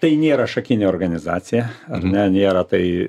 tai nėra šakinė organizacija ar ne nėra tai